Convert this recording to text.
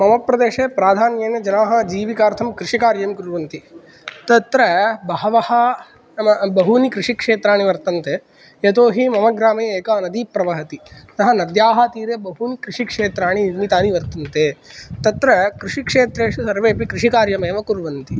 मम प्रदेशे प्राधान्येन जनाः जीविकार्थं कृषिकार्यं कुर्वन्ति तत्र बहवः नाम बहूनि कृषिक्षेत्राणि वर्तन्ते यतोहि मम ग्रामे एका नदी प्रवहति सः नद्याः तीरे बहूनि कृषिक्षेत्राणि निर्मितानि वर्तन्ते तत्र कृषिक्षेत्रेषु सर्वेऽपि कृषिकार्यम् एव कुर्वन्ति